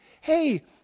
hey